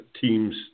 teams